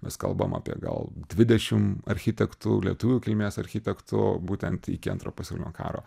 mes kalbam apie gal dvidešim architektų lietuvių kilmės architektų būtent iki antro pasaulinio karo